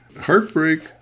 Heartbreak